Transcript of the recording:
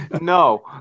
No